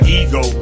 ego